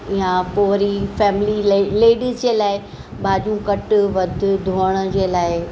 या पोइ वरी फैमिली लाइ लेडीस जे लाइ भाॼियूं कट वध धोअण जे लाइ